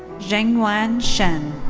zhengyuan shen.